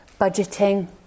budgeting